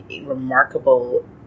remarkable